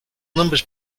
numbers